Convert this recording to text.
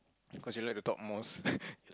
cause you like to talk most